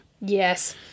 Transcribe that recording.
Yes